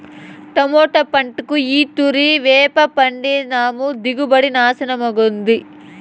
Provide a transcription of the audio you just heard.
tomato పంటకు ఈ తూరి వేపపిండేసినాము దిగుబడి శానా బాగుండాది